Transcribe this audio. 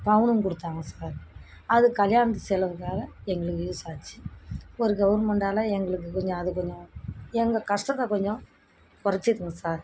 பவுனும் கொடுத்தாங்க சார் அது கல்யாணத்து செலவுக்காக எங்களுக்கு யூஸாச்சு ஒரு கவுர்மெண்டால் எங்களுக்கு கொஞ்சம் அது கொஞ்சம் எங்கள் கஷ்டத்த கொஞ்சம் குறச்சிதுங்க சார்